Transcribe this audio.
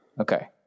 Okay